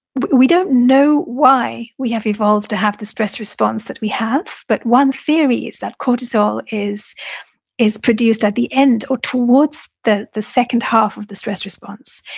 we don't know why we have evolved to have the stress response that we have but one theory is that cortisol is is produced at the end or towards the the second half of the stress response.